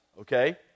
okay